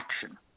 action